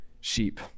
sheep